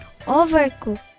Overcook